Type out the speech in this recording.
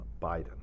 Biden